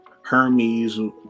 hermes